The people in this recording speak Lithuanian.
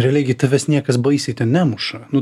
realiai gi tavęs niekas baisiai nemuša nu